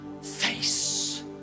face